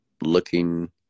looking